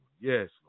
Yes